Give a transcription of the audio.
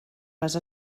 les